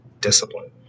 Discipline